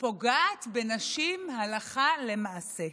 פוגעת בנשים הלכה למעשה.